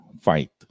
fight